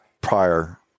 prior